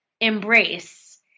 embrace